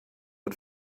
but